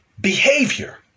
behavior